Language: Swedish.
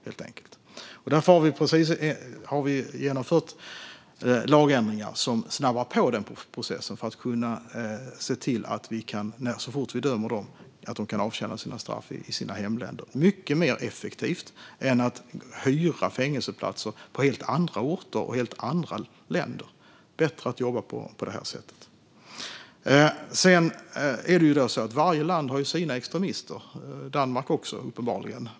Vi har därför genomfört lagändringar som snabbar på den processen, för att se till att de, så fort vi har dömt dem, kan avtjäna sina straff i hemländerna. Det är mycket mer effektivt än att hyra fängelseplatser på helt andra orter och i andra länder. Det är bättre att jobba på detta sätt. Varje land har sina extremister, Danmark också uppenbarligen.